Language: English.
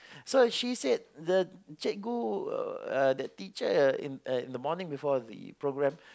so she said the cikgu uh uh the teacher in uh in the morning before the programme